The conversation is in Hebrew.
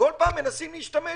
בכל פעם מנסים להשתמש